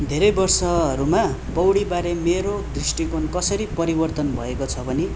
धेरै वर्षहरूमा पौडीबारे मेरो दृष्टिकोण कसरी परिवर्तन भएको छ भने